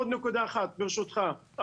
עוד נקודה אחת, ברשותך: